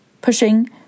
pushing